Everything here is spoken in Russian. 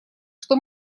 что